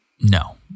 No